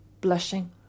blushing